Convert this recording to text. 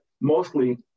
mostly